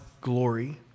glory